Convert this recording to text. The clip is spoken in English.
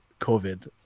COVID